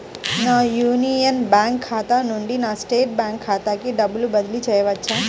నా Union Bank ఖాతా నుండి నా స్టేట్ బ్యాంకు ఖాతాకి డబ్బు బదిలి చేయవచ్చా?